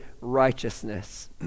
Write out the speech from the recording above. righteousness